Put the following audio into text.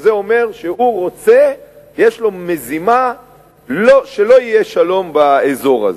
וזה אומר שיש לו מזימה שלא יהיה שלום באזור הזה.